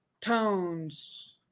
tones